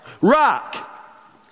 rock